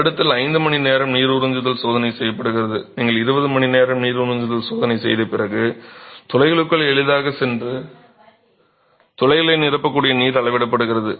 வருடத்தில் 5 மணி நேர நீர் உறிஞ்சுதல் சோதனை செய்யப்படுகிறது நீங்கள் 20 மணி நேர நீர் உறிஞ்சுதல் சோதனை செய்த பிறகு துளைகளுக்குள் எளிதாகச் சென்று துளைகளை நிரப்பக்கூடிய நீர் அளவிடப்படுகிறது